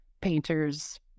painters